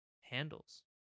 handles